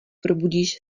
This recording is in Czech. probudíš